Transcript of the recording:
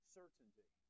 certainty